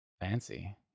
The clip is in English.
Fancy